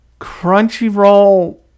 Crunchyroll